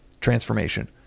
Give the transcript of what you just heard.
transformation